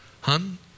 hun